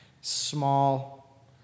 small